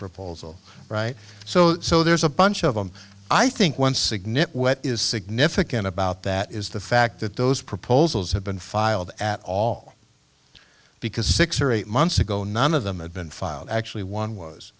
proposal right so there's a bunch of them i think one signet what is significant about that is the fact that those proposals have been filed at all because six or eight months ago none of them had been filed actually one was